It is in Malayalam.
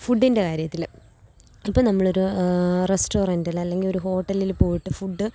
ഫുഡിൻ്റെ കാര്യത്തില് ഇപ്പോൾ നമ്മളൊരു റസ്റ്റോറൻറ്റിൽ അല്ലെങ്കിൽ ഒരു ഹോട്ടലിൽ പോയിട്ട് ഫുഡ്